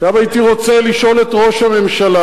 עכשיו הייתי רוצה לשאול את ראש הממשלה,